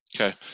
Okay